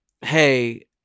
Hey